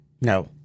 No